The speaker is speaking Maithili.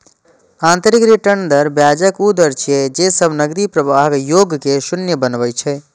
आंतरिक रिटर्न दर ब्याजक ऊ दर छियै, जे सब नकदी प्रवाहक योग कें शून्य बनबै छै